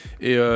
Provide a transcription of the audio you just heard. Et